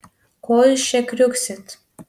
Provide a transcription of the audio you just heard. ko jūs čia kriuksit